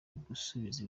gusubiza